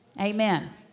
Amen